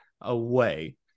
away